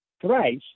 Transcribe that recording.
thrice